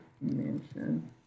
Mansion